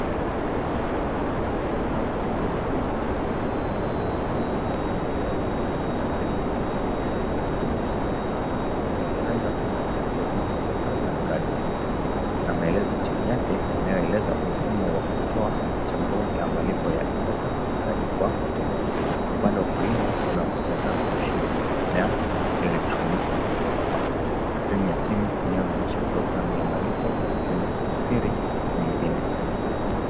Hapa tunaona mfumo wa malipo kwenye kompyuta, kwenye skrini kuna kichwa kikuu kinachosomeka kwa Kiingereza (cs) Start Accepting M-Pesa and Card Payments(cs). Kuna maelezo yanayoeleza umuhimu wa kutoa chaguo la malipo kwa kutumia M-Pesa na kadi kwa wateja. Upande wa kulia, kuna picha za mashine vya kielektroniki ya [pesapal], skrini ya simu inayoonyesha programu ya malipo na simu nyingine .